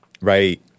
Right